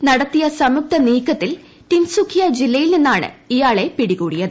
അസം നടത്തിയസംയുക്ത നീക്കത്തിൽ ടിൻസുഖിയ ജില്ലയിൽ നിന്നാണ്ഇയാളെ പിടികൂടിയത്